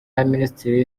y’abaminisitiri